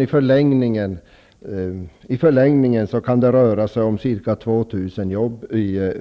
I förlängningen kan det röra sig om ca 2 000 jobb i